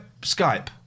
Skype